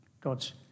God's